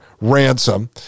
ransom